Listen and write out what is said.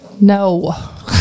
no